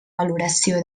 valoració